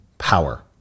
Power